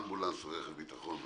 אמבולנס רכב ביטחון ועוד.